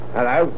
Hello